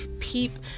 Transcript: peep